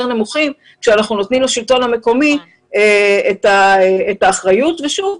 נמוכים כשאנחנו נותנים לשלטון המקומי את האחריות ושוב,